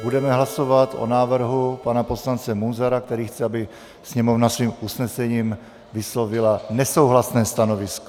Budeme hlasovat o návrhu pana poslance Munzara, který chce, aby Sněmovna svým usnesením vyslovila nesouhlasné stanovisko.